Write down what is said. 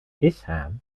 isham